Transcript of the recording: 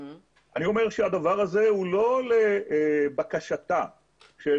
אני אומר שהדבר הזה הוא לא לבקשתה של